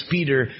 Peter